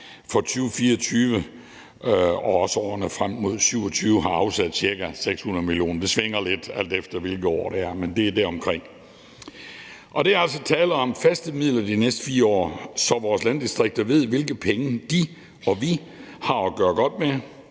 for 2024 og også årene frem mod 2027 har afsat ca. 600 mio. kr. Det svinger lidt, alt efter hvilket år det er, men det er deromkring. Der er altså tale om faste midler de næste 4 år, så vores landdistrikter ved, hvilke penge de og vi har at gøre godt med.